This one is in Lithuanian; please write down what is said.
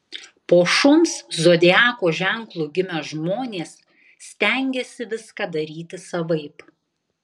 po šuns zodiako ženklu gimę žmonės stengiasi viską daryti savaip